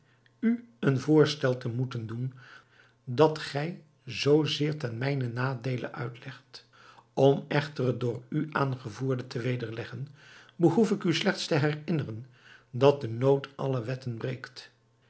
u een voorstel te moeten doen dat gij zoo zeer ten mijnen nadeele uitlegt om echter het door u aangevoerde te wederleggen behoef ik u slechts te herinneren dat de nood alle wetten breekt